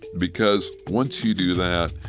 because once you do that,